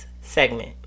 segment